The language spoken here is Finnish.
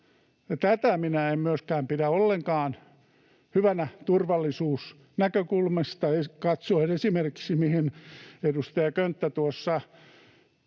Tätä minä en myöskään pidä ollenkaan hyvänä esimerkiksi turvallisuusnäkökulmasta katsoen, mistä edustaja Könttä tuossa